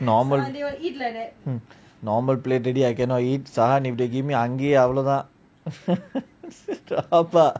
normal normal plate already I cannot eat sadam if they give me அங்கேயே அவ்ளோ தான்:angayae avlo thaan